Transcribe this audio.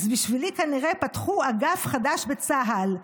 אז בשבילי כנראה פתחו אגף חדש בצה"ל,